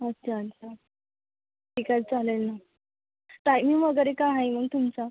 अच्छा अच्छा ठीक आहे चालेल ना टायमिंग वगैरे काय आहे मग तुमचा